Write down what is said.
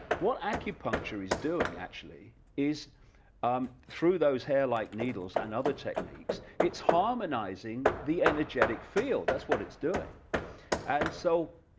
what acupuncture is doing actually, is um through those hair like needles and other techniques its harmonizing the energetic field that's what it's doing and so,